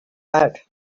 out